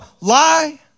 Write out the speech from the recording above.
lie